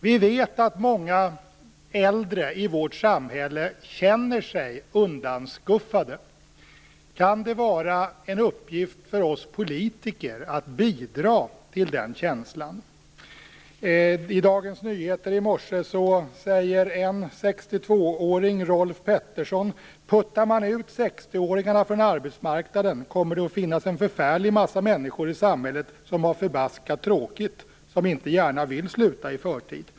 Vi vet att många äldre i vårt samhälle känner sig undanskuffade. Kan det vara en uppgift för oss politiker att bidra till denna känsla? I Dagens Nyheter i dag säger en 62-åring, Rolf Pettersson: Puttar man ut 60-åringarna från arbetsmarknaden kommer det att finnas en förfärlig massa människor i samhället som har förbaskat tråkigt, som inte gärna vill sluta i förtid.